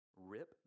rip